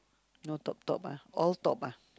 no top top all top ah